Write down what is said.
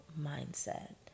mindset